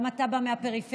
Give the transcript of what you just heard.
גם אתה בא מהפריפריה,